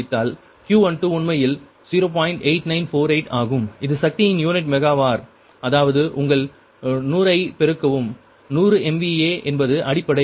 8948 ஆகும் இது சக்தியின் யூனிட் மெகா வார் அதாவது உங்கள் 100 ஐ பெருக்கவும் 100 MVA என்பது அடிப்படை